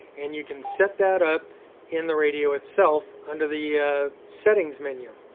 and you can set that up in the radio itself under the settings menu.